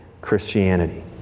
Christianity